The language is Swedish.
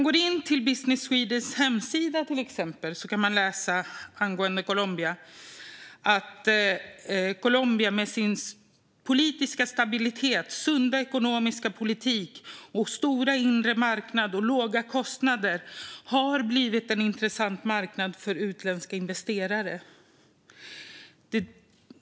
På Business Swedens hemsida står att Colombia med sin politiska stabilitet, sin sunda ekonomiska politik, sin stora inre marknad och sina låga kostnader har blivit en intressant marknad för utländska investerare.